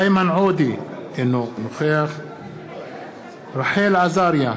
איימן עודה, אינו נוכח רחל עזריה,